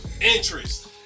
Interest